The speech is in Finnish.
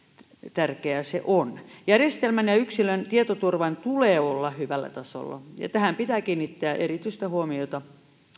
tärkeää järjestelmän ja yksilön tietoturvan tulee olla hyvällä tasolla ja tähän pitää kiinnittää erityistä huomiota